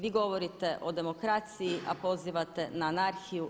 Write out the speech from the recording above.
Vi govorite o demokraciji a pozivate na anarhiju.